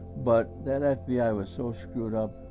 but that f b i. was so screwed up.